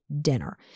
dinner